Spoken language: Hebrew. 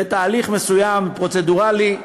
זה תהליך מסוים, פרוצדורלי,